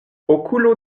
okulo